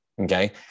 Okay